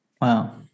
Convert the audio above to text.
Wow